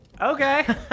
Okay